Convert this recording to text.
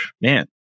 man